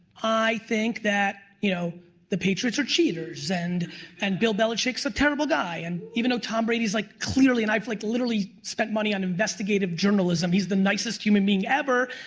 i think that you know the patriots are cheaters and and bill belichick is so a terrible guy and even though tom brady is like clearly, and i've like literally spent money on investigative journalism, he's the nicest human being ever,